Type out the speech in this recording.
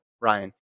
Ryan